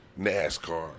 NASCAR